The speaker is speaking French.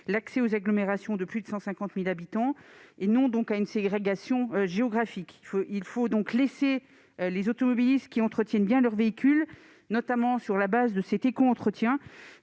l'accès aux agglomérations de plus de 150 000 habitants et conduirait à une ségrégation géographique. Il faut donc laisser les automobilistes qui entretiennent bien leur véhicule, notamment sur la base de cet éco-entretien,